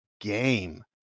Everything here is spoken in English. game